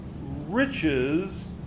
riches